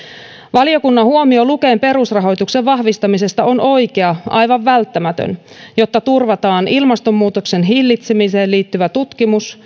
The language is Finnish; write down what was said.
valiokunnan huomio luken perusrahoituksen vahvistamisesta on oikea aivan välttämätön jotta turvataan ilmastonmuutoksen hillitsemiseen liittyvä tutkimus